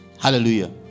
Hallelujah